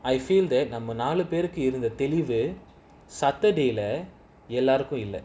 I feel that நாமநாலுபேருக்குஇருந்ததெளிவு:nama naluperuku iruntha thelivu saturday lah எல்லோருக்குமேஇல்ல:ellorukume illa